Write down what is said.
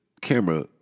camera